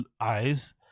eyes